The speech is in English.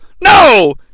no